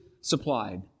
supplied